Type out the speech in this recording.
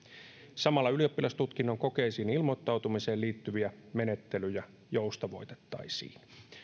samalla ylioppilastutkinnon kokeisiin ilmoittautumiseen liittyviä menettelyjä joustavoitettaisiin